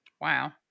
Wow